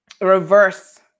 reverse